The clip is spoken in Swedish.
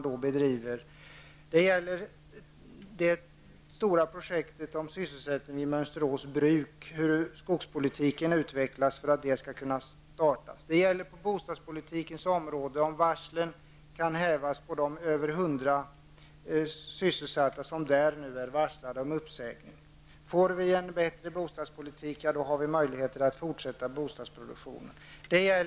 Det gäller det stora sysselsättningsprojektet i Mönsterås bruk. Hur skall skogspolitiken föras för att detta bruk skall kunna bedriva verksamhet? På bostadspolitikens område gäller det om varslen kan hävas för de över 100 sysselsatta personer som nu är varslade om uppsägning. Får vi en bättre bostadspolitik, då kan också bostadsproduktionen fortsätta.